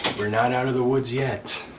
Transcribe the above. we're not out of the woods yet.